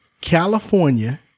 California